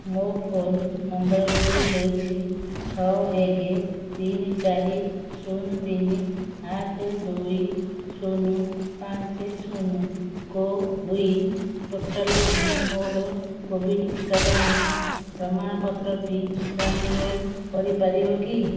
ମୋ ଫୋନ୍ ନମ୍ବରଟି ହେଉଛି ଛଅ ଏକ ତିନି ଚାରି ଶୂନ ତିନି ଆଠ ଦୁଇ ଶୂନ ପାଞ୍ଚ ଶୂନ କୋ ୱିନ୍ ପୋର୍ଟାଲ୍ରୁ ମୋର କୋଭିଡ଼୍ ଟିକାକରଣ ପ୍ରମାଣପତ୍ରଟି ଡାଉନଲୋଡ଼୍ କରିପାରିବ କି